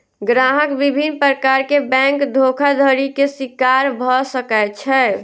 ग्राहक विभिन्न प्रकार के बैंक धोखाधड़ी के शिकार भअ सकै छै